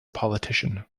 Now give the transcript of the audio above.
politician